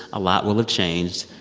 a lot will have changed.